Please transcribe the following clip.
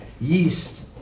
yeast